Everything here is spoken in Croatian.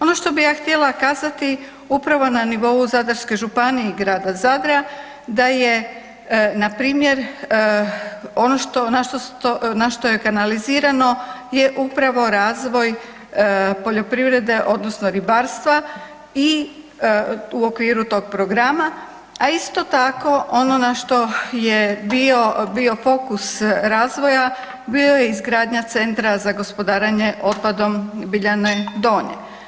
Ono što bi ja htjela kazati, upravo na nivou Zadarske županije i grad Zadra, da je npr. ono na što je kanalizirano je upravo razvoj poljoprivrede odnosno ribarstva i u okviru tog programa, a isto tako ono na što je bio pokus razvoja, bio je izgradnja Centra za gospodarenje otpadom Biljane Donje.